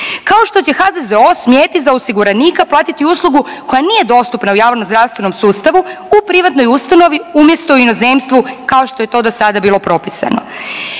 Kao što će HZZO smjeti za osiguranika platiti uslugu koja nije dostupna u javnom zdravstvenom sustavu u privatnoj ustanovi umjesto u inozemstvu kao što je to do sada bilo propisano.